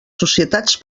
societats